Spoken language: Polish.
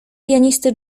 pianisty